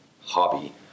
hobby